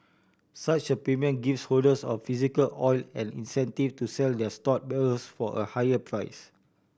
such a premium gives holders of physical oil an incentive to sell their stored barrels for a higher price